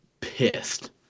pissed